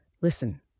Listen